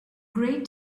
great